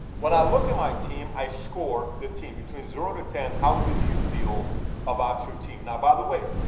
when i look at my team, i score the team, between zero to ten, how good do you feel about your team. and by the way,